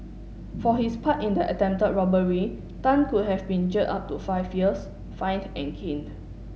for his part in the attempted robbery Tan could have been jailed up to five years fined and caned